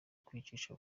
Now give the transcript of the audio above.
kwicisha